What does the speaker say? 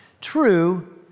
True